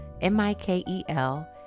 M-I-K-E-L